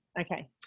okay